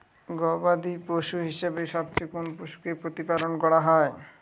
গবাদী পশু হিসেবে সবচেয়ে কোন পশুকে প্রতিপালন করা হয়?